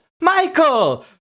Michael